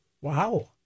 Wow